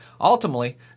Ultimately